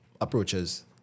approaches